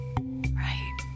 Right